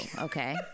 Okay